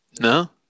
No